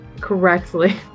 correctly